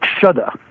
shudder